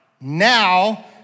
now